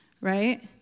Right